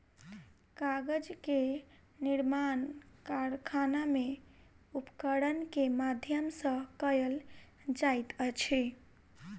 कागज के निर्माण कारखाना में उपकरण के माध्यम सॅ कयल जाइत अछि